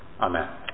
amen